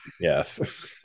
yes